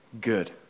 good